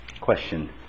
question